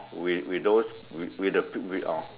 with with those with with the pu~ orh